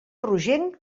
rogenc